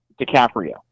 DiCaprio